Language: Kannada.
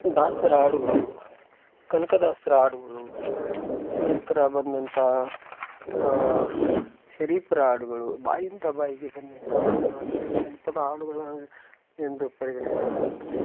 ದಾಸರ ಹಾಡುಗಳು ಕನಕದಾಸರ ಹಾಡುಗಳು ನಂತರ ಬಂದಂತ ಶರೀಫರ ಹಾಡುಗಳು ಬಾಯಿಂದ ಬಾಯಿಗೆ ಬಂದಂತ ಹಾಡುಗಳನ್ನೆ ಜನಪದ ಹಾಡುಗಳು ಎಂದು ಪರಿಗಣಿಸಲಾಗುತ್ತದೆ